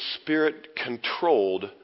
Spirit-controlled